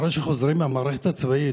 אחרי שהם חוזרים מהמערכת הצבאית,